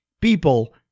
people